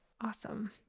Awesome